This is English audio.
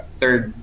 third